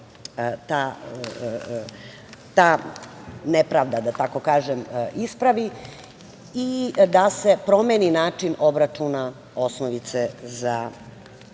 ta nepravda, da tako kažem, ispravi i da se promeni način obračuna osnovice za